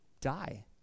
die